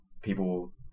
People